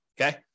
Okay